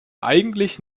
eigentlich